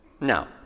no